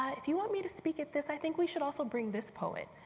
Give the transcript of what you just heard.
if you want me to speak at this i think we should also bring this poet.